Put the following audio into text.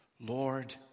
Lord